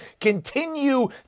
Continue